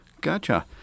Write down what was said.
Gotcha